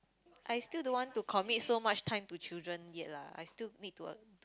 I still don't want to commit so much time to children yet lah I still need to a~